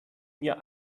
mir